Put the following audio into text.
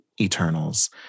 Eternals